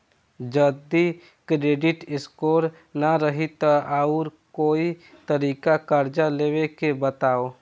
जदि credit score ना रही त आऊर कोई तरीका कर्जा लेवे के बताव?